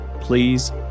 please